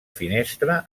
finestra